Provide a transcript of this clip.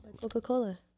Coca-Cola